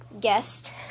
Guest